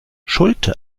schulte